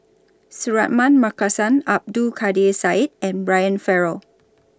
Suratman Markasan Abdul Kadir Syed and Brian Farrell